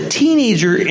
teenager